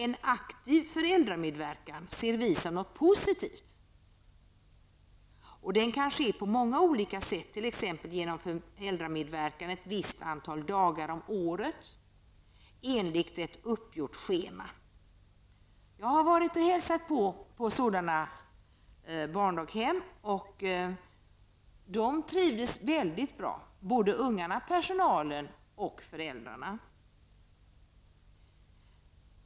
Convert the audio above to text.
En aktiv föräldramedverkan ser vi som något positivt, och den kan ske på många olika sätt, t.ex. genom föräldramedverkan ett visst antal dagar om året enligt ett uppgjort schema. Jag har hälsat på sådana barndaghem. Både ungarna, personalen och föräldrarna trivdes väldigt bra.